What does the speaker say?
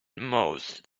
most